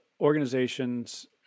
organizations